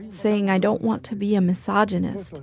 saying, i don't want to be a misogynist,